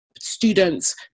students